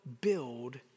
build